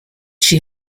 she